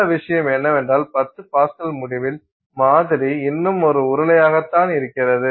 நல்ல விஷயம் என்னவென்றால் 10 பாஸ்கள் முடிவில் மாதிரி இன்னும் ஒரு உருளை ஆகத்தான் இருக்கிறது